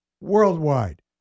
Worldwide